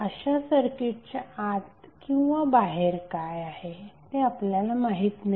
अशा सर्किटच्या आत किंवा बाहेर काय आहे ते आपल्याला माहित नाही